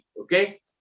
okay